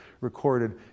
recorded